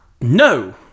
No